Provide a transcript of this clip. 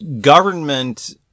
Government